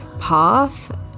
path